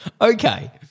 Okay